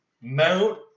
Mount